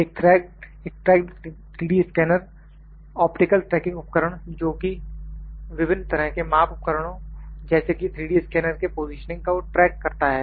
एक tracked 3D scanner optical tracking उपकरण जोकि विभिन्न तरह के माप उपकरणों जैसे कि 3D स्कैनर के पोजिशनिंग को ट्रैक करता है